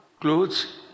clothes